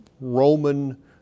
roman